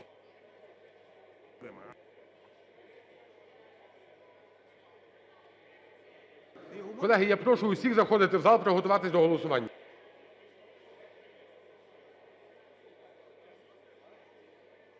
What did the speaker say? Колеги, я прошу всіх заходити в зал, приготуватись до голосування.